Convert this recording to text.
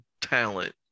talent